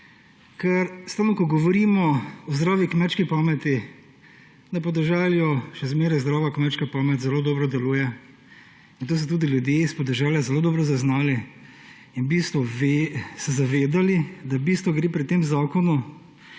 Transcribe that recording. Ker stalno, ko govorimo o zdravi kmečki pameti, na podeželju je še vedno zdrava kmečka pamet, zelo dobro deluje, in to so tudi ljudje s podeželja zelo dobro zaznali in se zavedali, da v bistvu gre pri tem zakonu